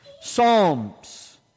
psalms